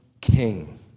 King